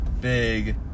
big